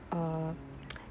mm